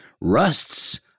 rusts